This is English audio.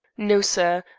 no, sir.